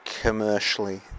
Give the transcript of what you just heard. commercially